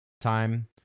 time